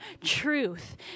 truth